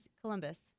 Columbus